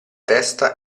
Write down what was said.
testa